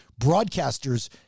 Broadcasters